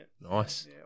Nice